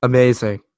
Amazing